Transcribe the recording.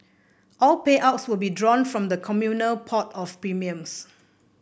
all payouts will be drawn from the communal pot of premiums